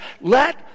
let